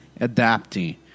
adapting